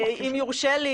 שאם יורשה לי,